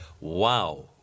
Wow